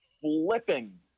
flipping